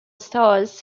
stars